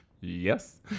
yes